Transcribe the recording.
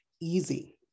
easy